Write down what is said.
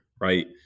right